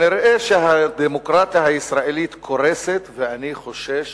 נראה שהדמוקרטיה הישראלית קורסת, ואני חושש